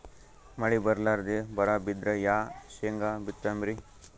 ಮಳಿ ಬರ್ಲಾದೆ ಬರಾ ಬಿದ್ರ ಯಾ ಶೇಂಗಾ ಬಿತ್ತಮ್ರೀ?